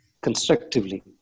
constructively